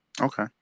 Okay